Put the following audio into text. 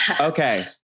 okay